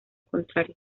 contrario